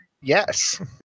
Yes